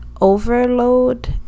Overload